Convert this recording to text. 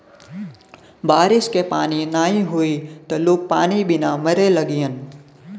बारिश के पानी नाही होई त लोग पानी बिना मरे लगिहन